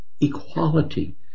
equality